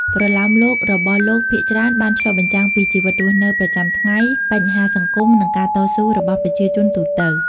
ប្រលោមលោករបស់លោកភាគច្រើនបានឆ្លុះបញ្ចាំងពីជីវិតរស់នៅប្រចាំថ្ងៃ បញ្ហាសង្គម និងការតស៊ូរបស់ប្រជាជនទូទៅ។